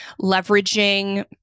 Leveraging